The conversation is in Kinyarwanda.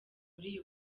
muri